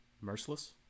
Merciless